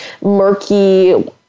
murky